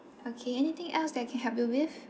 okay anything else that I can help you with